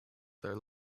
their